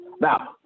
Now